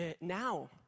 now